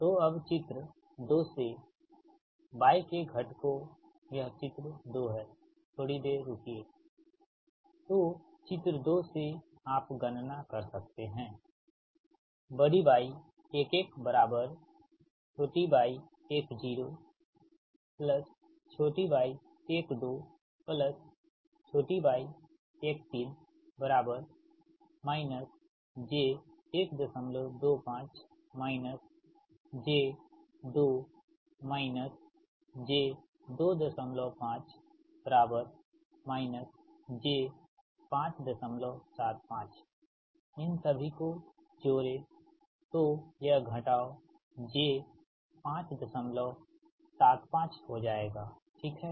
तो अब चित्र 2 से Y के घटकोंयह चित्र 2 है थोड़ी देर रुकिए तोचित्र 2 से आप गणना कर सकते है Y1 1y10y12y13 j125 j2 j25 j575 इन सभी को जोड़े तो यह घटाव j 575 हो जाएगा ठीक है